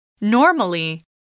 Normally